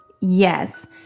Yes